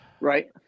Right